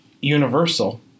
universal